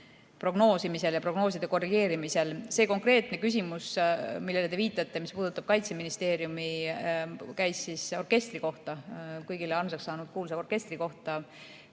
prognoosimisel ja prognooside korrigeerimisel. See konkreetne küsimus, millele te viitate ja mis puudutab Kaitseministeeriumi, käis orkestri kohta, kõigile armsaks saanud kuulsa orkestri kohta.